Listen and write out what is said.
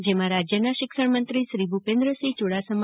જેમાં રાજ્યના શિક્ષણમંત્રી શ્રી ભૂપેન્દ્રસિંહ ચુડાસમા